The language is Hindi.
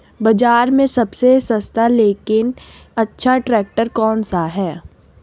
बाज़ार में सबसे सस्ता लेकिन अच्छा ट्रैक्टर कौनसा है?